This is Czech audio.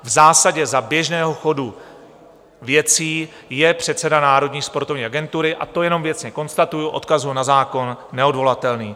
V zásadě za běžného chodu věcí je předseda Národní sportovní agentury, a to jenom věcně konstatuji, odkazuji na zákon, neodvolatelný.